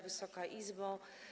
Wysoka Izbo!